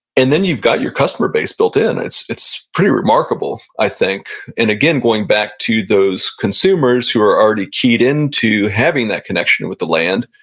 and then you've got your customer base built in. it's it's pretty remarkable i think and again, going back to those consumers who are already keyed into having that connection with the land,